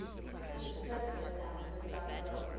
it is such a dreadful example to the young girls.